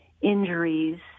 injuries